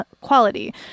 quality